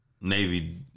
Navy